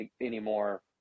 anymore